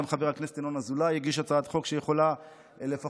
וגם חבר הכנסת ינון אזולאי הגיש הצעת חוק שיכולה למצוא פתרון לעניין,